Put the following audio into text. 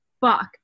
fuck